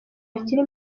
akiri